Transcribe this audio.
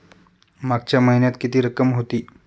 मागच्या महिन्यात किती रक्कम होती?